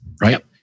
right